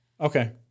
Okay